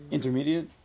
Intermediate